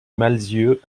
malzieu